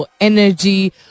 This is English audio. energy